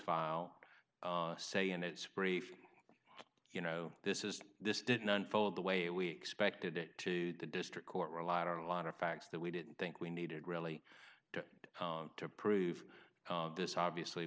was say in its brief you know this is this didn't unfold the way we expected it to the district court relied on a lot of facts that we didn't think we needed really to to prove this obviously